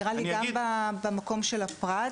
נראה לי גם במקום של הפרט,